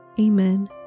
amen